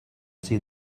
see